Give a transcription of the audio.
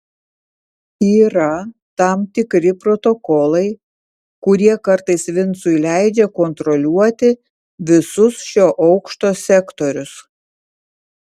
yra tam tikri protokolai kurie kartais vincui leidžia kontroliuoti visus šio aukšto sektorius